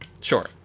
sure